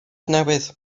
newydd